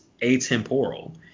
atemporal